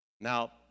Now